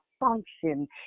function